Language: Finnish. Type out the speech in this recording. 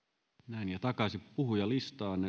näin ja takaisin puhujalistaan